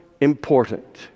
important